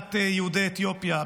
בעליית יהודי אתיופיה.